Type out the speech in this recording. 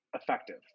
effective